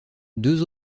deux